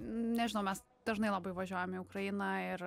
nežinau mes dažnai labai važiuojam į ukrainą ir